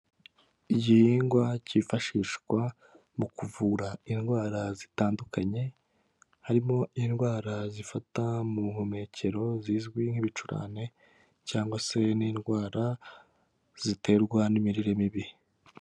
Igihingwa ifashishwa mu kuvura indwara zitandukanye, harimo indwara zifata mu buhumekero zizwi nk'ibicurane cyangwa se n'indwara ziterwa n'imirire mibi.